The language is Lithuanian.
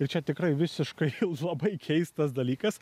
ir čia tikrai visiškai jau labai keistas dalykas